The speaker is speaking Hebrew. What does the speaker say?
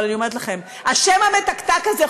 אבל אני אומרת לכם: השם המתקתק הזה,